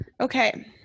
Okay